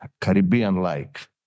Caribbean-like